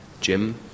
Jim